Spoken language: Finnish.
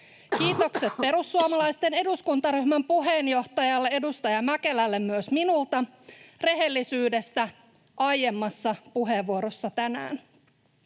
Kiitokset perussuomalaisten eduskuntaryhmän puheenjohtajalle, edustaja Mäkelälle myös minulta rehellisyydestä aiemmassa puheenvuorossa tänään.